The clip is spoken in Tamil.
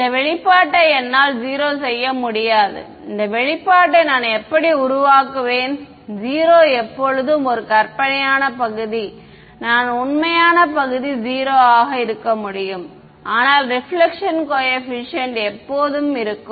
இந்த வெளிப்பாட்டை என்னால் 0 செய்ய முடியாது இந்த வெளிப்பாட்டை நான் எப்படி உருவாக்குவேன் 0 எப்போதும் ஒரு கற்பனையான பகுதி நான் உண்மையான பகுதி 0 ஆக இருக்க முடியும் ஆனால் ரெபிலெக்ஷன் கோஏபிசிஎன்ட் எப்போதும் இருக்கும்